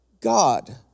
God